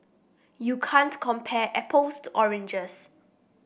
you can't compare apples to oranges